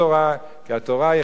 כי התורה היא חיינו,